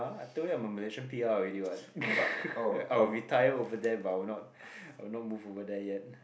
I told you I'm a malaysian P_R already [what] I'll retire over there but I will not I will not move over there yet